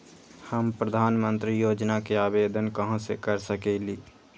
हम प्रधानमंत्री योजना के आवेदन कहा से कर सकेली?